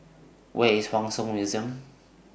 Where IS Hua Song Museum